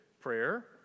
prayer